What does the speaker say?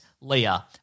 Leah